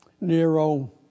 Nero